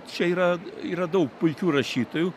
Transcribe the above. čia yra yra daug puikių rašytojų